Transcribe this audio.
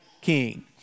king